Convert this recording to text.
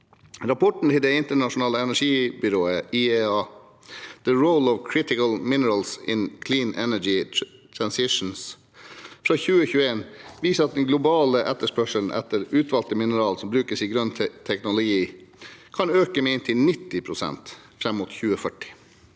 Rapporten til Det internasjonale energibyrået, IEA, The Role of Critical Minerals in Clean Energy Transitions, fra 2021, viser at den globale etterspørselen etter utvalgte mineraler som brukes i grønn teknologi, kan øke med inntil 90 pst. fram mot 2040.